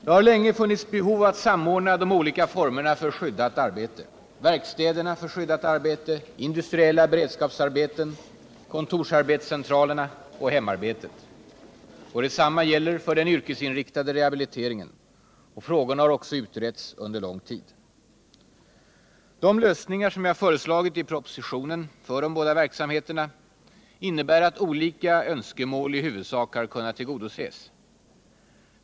Det har länge funnits behov av att samordna de olika formerna för skyddat arbete: verkstäderna för skyddat arbete, industriella beredskapsarbeten, kontorsarbetscentralerna och hemarbetet. Detsamma gäller för den yrkesinriktade rehabiliteringen. Frågorna har också utretts under lång tid. De lösningar som jag föreslagit i propositionen för de båda verksamheterna innebär att olika önskemål i huvudsak har kunnat tillgodoses.